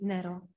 Nero